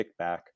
kickback